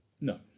No